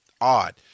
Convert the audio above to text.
odd